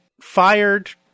fired